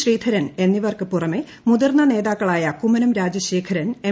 ശ്രീധരൻ എന്നിവർക്ക് പുറമേ മുതിർന്ന നേതാക്കളായ കുമ്മനം രാജശേഖരൻ എം